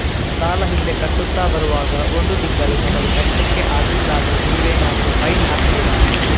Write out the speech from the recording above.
ಸಾಲ ಹಿಂದೆ ಕಟ್ಟುತ್ತಾ ಬರುವಾಗ ಒಂದು ತಿಂಗಳು ನಮಗೆ ಕಟ್ಲಿಕ್ಕೆ ಅಗ್ಲಿಲ್ಲಾದ್ರೆ ನೀವೇನಾದರೂ ಫೈನ್ ಹಾಕ್ತೀರಾ?